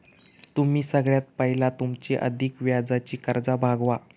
तुम्ही सगळ्यात पयला तुमची अधिक व्याजाची कर्जा भागवा